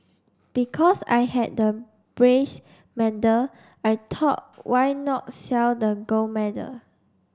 because I had the medal I thought why not sell the gold medal